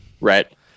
Right